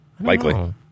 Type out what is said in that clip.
Likely